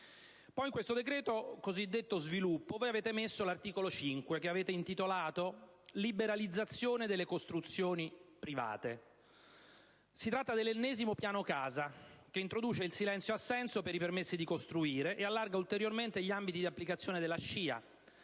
In questo cosiddetto decreto sviluppo l'articolo 5 riguarda la liberalizzazione delle costruzioni private. Si tratta dell'ennesimo piano casa che introduce il silenzio assenso per i permessi di costruire e allarga ulteriormente gli ambiti di applicazione SCIA, la